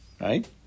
Right